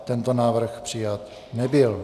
Tento návrh přijat nebyl.